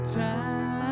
time